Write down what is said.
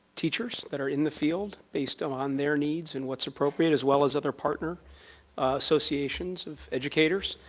teachers that are in the field based um on their needs and what's appropriate as well as other partner associations of educators.